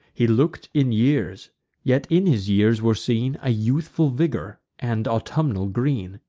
he look'd in years yet in his years were seen a youthful vigor and autumnal green.